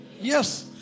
Yes